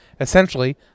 Essentially